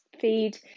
feed